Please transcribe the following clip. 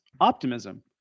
optimism